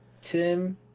Tim